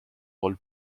rôle